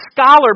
scholar